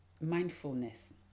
mindfulness